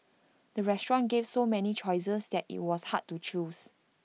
the restaurant gave so many choices that IT was hard to choose